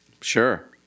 Sure